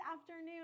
afternoon